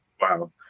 Wow